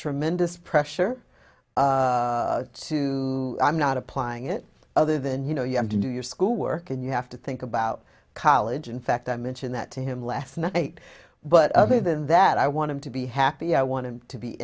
tremendous pressure to i'm not applying it other than you know you have to do your schoolwork and you have to think about college in fact i mentioned that to him last night but other than that i want him to be happy i want him to be